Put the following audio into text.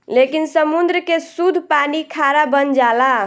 लेकिन समुंद्र के सुद्ध पानी खारा बन जाला